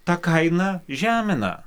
tą kainą žemina